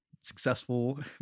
successful